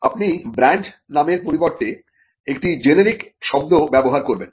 আপনি ব্র্যান্ড নামের পরিবর্তে একটি জেনেরিক শব্দ ব্যবহার করবেন